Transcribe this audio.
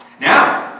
Now